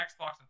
Xbox